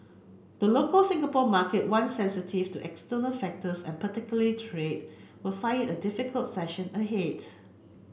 the local Singapore market one sensitive to external factors and particularly trade would find it a difficult session